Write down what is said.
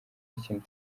ikintu